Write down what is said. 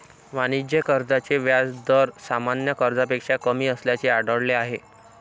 वाणिज्य कर्जाचे व्याज दर सामान्य कर्जापेक्षा कमी असल्याचे आढळले आहे